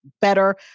better